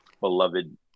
beloved